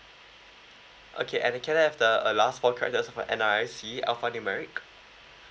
okay and can I have the uh last four characters of your N_R_I_C alphanumeric